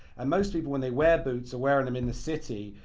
and most people when they wear boots are wearin' them in the city.